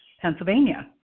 Pennsylvania